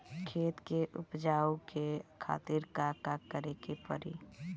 खेत के उपजाऊ के खातीर का का करेके परी?